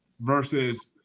versus